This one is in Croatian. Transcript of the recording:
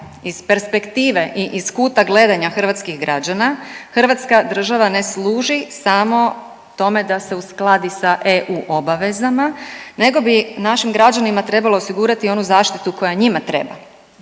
Iz perspektive i iz kuta gledanja hrvatskih građana hrvatska država ne služi samo tome da se uskladi sa EU obavezama, nego bi našim građanima trebalo osigurati i onu zaštitu koja njima treba,